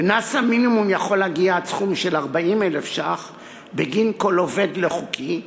קנס המינימום יכול להגיע עד סכום של 40,000 שקל בגין כל עובד לא חוקי,